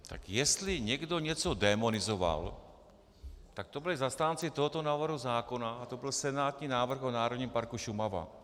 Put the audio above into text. Tak jestli někdo něco démonizoval, tak to byli zastánci tohoto návrhu zákona a byl to senátní návrh o Národním parku Šumava.